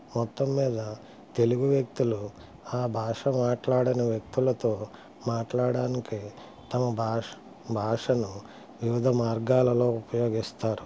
మొత్తం మీద తెలుగు వ్యక్తులు ఆ భాష మాట్లాడని వ్యక్తులతో మాట్లాడడానికి తమ భాషను వివిధ మార్గాలలో ఉపయోగిస్తారు